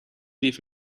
beef